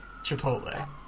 Chipotle